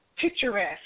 picturesque